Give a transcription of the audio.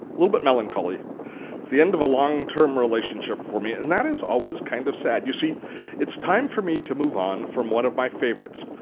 little bit melancholy. it's the end of a long-term relationship for me and that is always kind of sad. you see it's time for me to move on from one of my favorites.